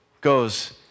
goes